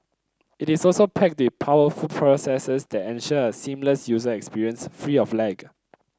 it is also packed they powerful processors that ensure a seamless user experience free of lag